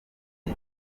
cyo